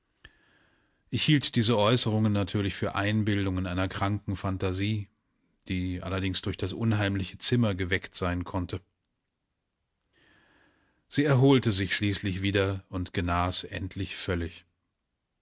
ich hielt diese äußerungen natürlich für einbildungen einer kranken phantasie die allerdings durch das unheimliche zimmer geweckt sein konnte sie erholte sich schließlich wieder und genas endlich völlig